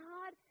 God